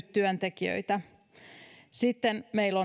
työntekijöitä sitten meillä